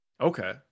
Okay